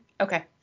Okay